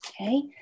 Okay